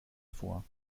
vor